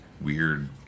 weird